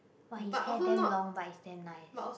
!wah! his hair damn long but is damn nice